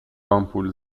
آمپول